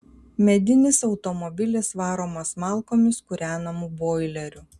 medinis automobilis varomas malkomis kūrenamu boileriu